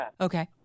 Okay